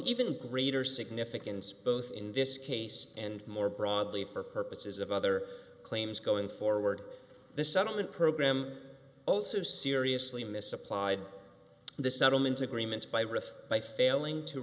even greater significance both in this case and more broadly for purposes of other claims going forward the settlement program also seriously misapplied the settlement agreement by riff by failing to